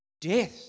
death